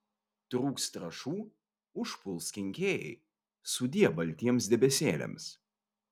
trūks trąšų užpuls kenkėjai sudie baltiems debesėliams